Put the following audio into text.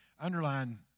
underline